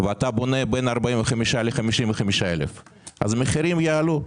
ואתה בונה בין 45,000 ל-55,000, אז המחירים יעלו.